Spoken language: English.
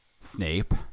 Snape